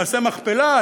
נעשה מכפלה.